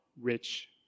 rich